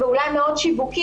זה אולי מאוד שיווקי,